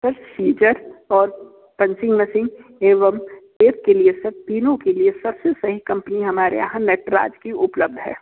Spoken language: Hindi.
सर सीज़र और पंचिंग मशीन एवं टेप के लिए सर तीनों के लिए सबसे सही कंपनी हमारे यहाँ नटराज की उपलब्ध है